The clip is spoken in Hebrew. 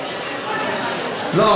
לא,